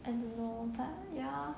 and you know but ya